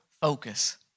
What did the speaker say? focus